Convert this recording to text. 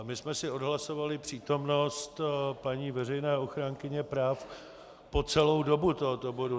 My jsme si odhlasovali přítomnost paní veřejné ochránkyně práv po celou dobu tohoto bodu.